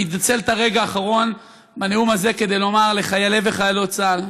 אני אנצל את הרגע האחרון בנאום הזה כדי לומר לחיילי וחיילות צה"ל,